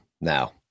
now